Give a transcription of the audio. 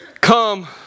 Come